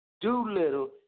Doolittle